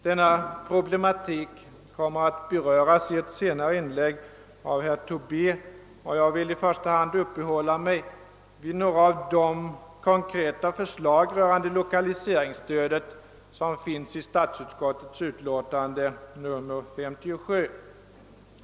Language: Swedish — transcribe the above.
Denna problematik kommer att beröras i ett senare inlägg av herr Tobé, och jag vill i första hand uppehålla mig vid några av de konkreta förslag rörande lokaliseringsstödet som finns i statsutskottets utlåtande nr 57.